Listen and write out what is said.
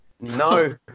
No